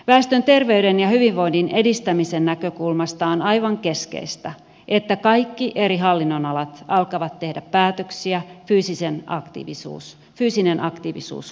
väestön terveyden ja hyvinvoinnin edistämisen näkökulmasta on aivan keskeistä että kaikki eri hallinnonalat alkavat tehdä päätöksiä fyysisen aktiivisuuden huomioiden